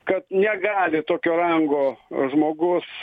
kad negali tokio rango žmogus